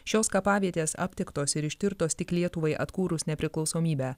šios kapavietės aptiktos ir ištirtos tik lietuvai atkūrus nepriklausomybę